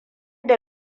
da